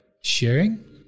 sharing